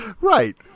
Right